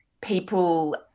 people